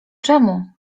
czemu